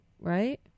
right